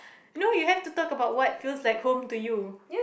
no you have to talk about what feels like home to you